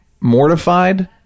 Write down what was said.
mortified